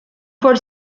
paul